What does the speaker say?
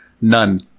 None